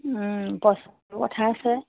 পইচাটো কথা আছে